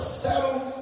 settles